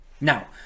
Now